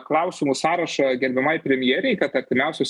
klausimų sąrašą gerbiamai premjerei kad artimiausius